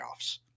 playoffs